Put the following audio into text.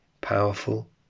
powerful